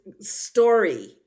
story